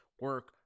Work